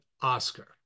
oscar